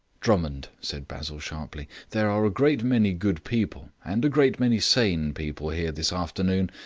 drummond, said basil sharply, there are a great many good people, and a great many sane people here this afternoon.